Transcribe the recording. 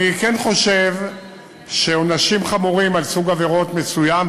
אני כן חושב שעונשים חמורים על סוג עבירות מסוים,